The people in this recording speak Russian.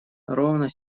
ровно